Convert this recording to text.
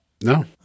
no